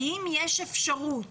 האם יש אפשרות